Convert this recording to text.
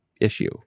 issue